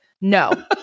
no